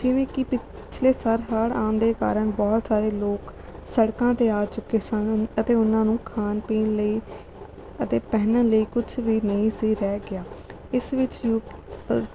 ਜਿਵੇਂ ਕਿ ਪਿਛਲੇ ਸਾਲ ਹੜ੍ਹ ਆਉਣ ਦੇ ਕਾਰਨ ਬਹੁਤ ਸਾਰੇ ਲੋਕ ਸੜਕਾਂ 'ਤੇ ਆ ਚੁੱਕੇ ਸਨ ਅਤੇ ਉਨ੍ਹਾਂ ਨੂੰ ਖਾਣ ਪੀਣ ਲਈ ਅਤੇ ਪਹਿਨਣ ਲਈ ਕੁਛ ਵੀ ਨਹੀਂ ਸੀ ਰਹਿ ਗਿਆ ਇਸ ਵਿੱਚ ਰੂਪ